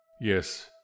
Yes